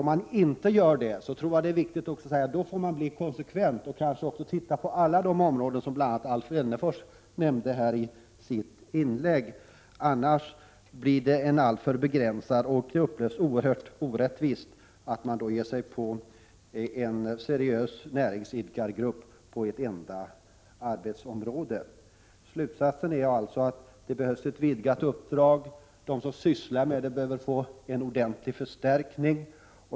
Om man inte gör det, tror jag att det är viktigt att man är konsekvent och tittar på alla de områden som Alf Wennerfors nämnde i sitt inlägg. Annars blir det alltför begränsat och oerhört orättvist när man ger sig på en grupp av seriösa näringsidkare på ett enda arbetsområde. Slutsatsen är alltså att det behövs ett vidgat uppdrag, och de som sysslar med det bör få en ordentlig förstärkning.